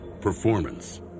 performance